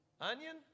Onion